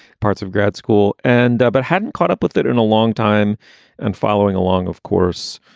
parts of grad school and but hadn't caught up with it in a long time and following along, of course.